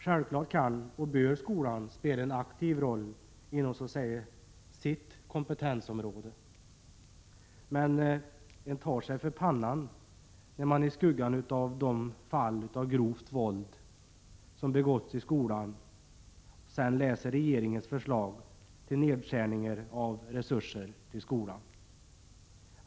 Självklart kan och bör skolan spela en aktiv roll inom sitt kompetensområde, men man tar sig för pannan när man i skuggan av de fall av grovt våld som har begåtts i skolan läser regeringens förslag till nedskärning av resurser till skolan.